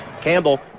Campbell